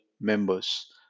members